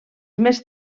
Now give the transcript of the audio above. més